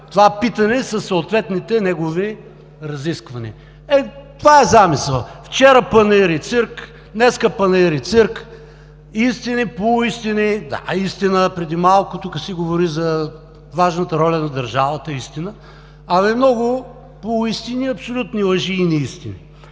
това питане със съответните негови разисквания. Е, това е замисълът – вчера панаир и цирк, днес панаир и цирк, истини – полуистини, да, наистина тук преди малко се говори за важната роля на държавата – истина. Абе, много полуистини, абсолютни лъжи и неистини!